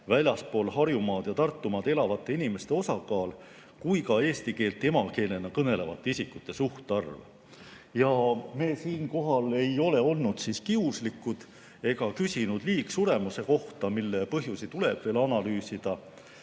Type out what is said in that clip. väljaspool Harjumaad ja Tartumaad elavate inimeste osakaal kui ka eesti keelt emakeelena kõnelevate isikute suhtarv. Me ei ole olnud kiuslikud ega ole küsinud liigsuremuse kohta, mille põhjusi tuleb veel analüüsida.